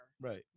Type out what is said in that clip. Right